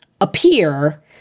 appear